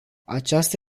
aceasta